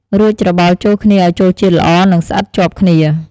រួចច្របល់ចូលគ្នាឱ្យចូលជាតិល្អ និងស្អិតជាប់គ្នា។